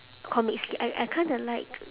comics skit I I kinda like